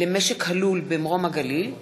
למשק הלול במרום הגליל),